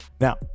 now